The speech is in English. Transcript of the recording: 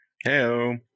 hello